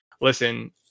listen